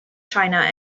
china